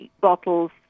bottles